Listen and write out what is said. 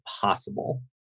possible